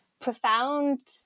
profound